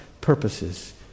purposes